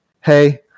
hey